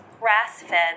grass-fed